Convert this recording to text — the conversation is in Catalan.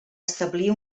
establir